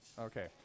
Okay